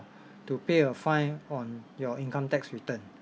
to pay a fine on your income tax return